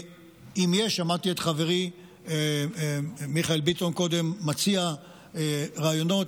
שמעתי קודם את חברי מיכאל ביטון מציע רעיונות.